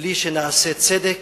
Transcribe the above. בלי שנעשה צדק